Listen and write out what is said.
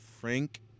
Frank